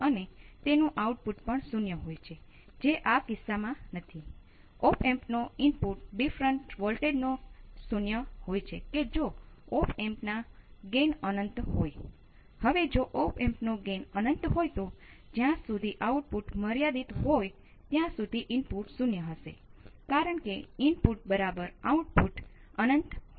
જો k નું મૂલ્ય 1 થી વધુ હોય તો આપણે ઇનપુટ ની ગણતરી કરો છો